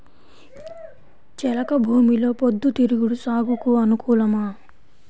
చెలక భూమిలో పొద్దు తిరుగుడు సాగుకు అనుకూలమా?